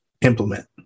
implement